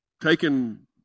taken